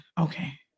Okay